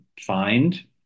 find